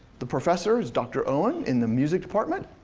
the professor is dr. owen in the music department.